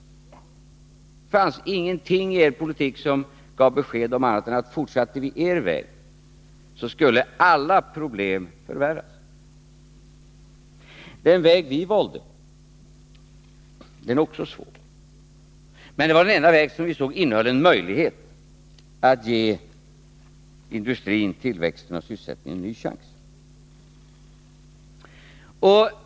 Det fanns ingenting i er politik som gav besked om annat än att fortsatte vi på er väg, skulle alla problem förvärras. Den väg vi valde är också svår. Men det var den enda väg som innehöll en möjlighet att ge industrin tillväxt och sysselsättningen en ny chans.